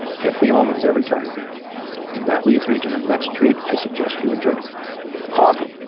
pick the almonds every time and that leads me to the next treat i suggest you enjoy coffee.